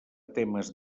temes